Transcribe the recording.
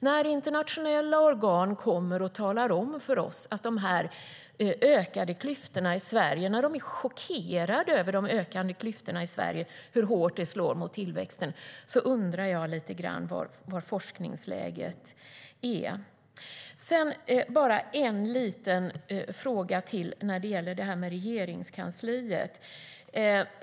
När internationella organ kommer och talar om för oss att de är chockerade över de ökade klyftorna i Sverige och hur hårt de slår mot tillväxten undrar jag lite grann vad forskningsläget är. Jag har bara en fråga till när det gäller Regeringskansliet.